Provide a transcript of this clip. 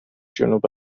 جنوب